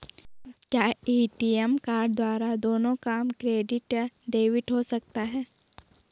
क्या ATM card द्वारा दोनों काम क्रेडिट या डेबिट हो सकता है?